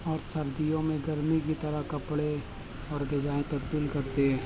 اور سردیوں میں گرمی کی طرح کپڑے اور غذائیں تبدیل کرتے ہیں